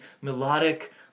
melodic